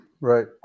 Right